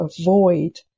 avoid